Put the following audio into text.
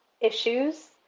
issues